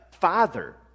father